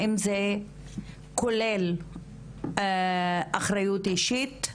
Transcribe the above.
האם זה כולל אחריות אישית?